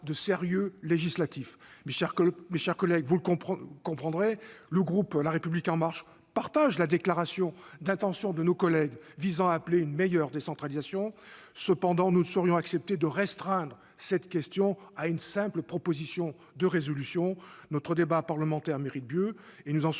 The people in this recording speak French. de sérieux législatif du Sénat. Vous l'aurez compris, le groupe La République En Marche partage la déclaration d'intention de nos collègues qui en appellent à une meilleure décentralisation. Cependant, nous ne saurions accepter de restreindre cette question à une simple proposition de résolution. Notre débat parlementaire mérite mieux. Nous en sommes